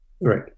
Right